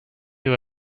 you